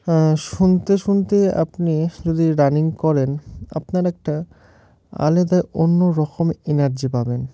হ শুনতে শুনতে আপনি যদি রানিং করেন আপনার একটা আলাদায় অন্য রকম এনার্জি পাবেন